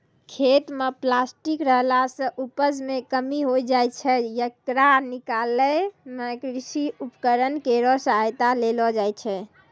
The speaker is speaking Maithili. खेत म प्लास्टिक रहला सें उपज मे कमी होय जाय छै, येकरा निकालै मे कृषि उपकरण केरो सहायता लेलो जाय छै